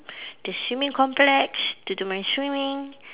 the swimming complex to do my swimming